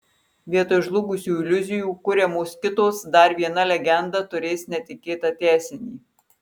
vietoj žlugusių iliuzijų kuriamos kitos dar viena legenda turės netikėtą tęsinį